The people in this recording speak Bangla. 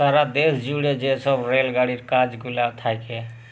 সারা দ্যাশ জুইড়ে যে ছব রেল গাড়ির কাজ গুলা থ্যাকে